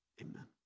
amen